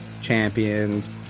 Champions